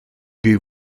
byw